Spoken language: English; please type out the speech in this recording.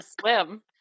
swim